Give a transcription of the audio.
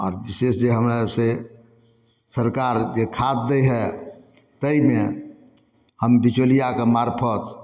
आओर विशेष जे हमरा से सरकार जे खाद दै हइ ताहिमे हम बिचौलिआके मारफत